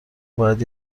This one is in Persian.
باید